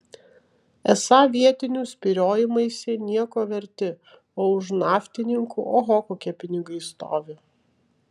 esą vietinių spyriojimaisi nieko verti o už naftininkų oho kokie pinigai stovi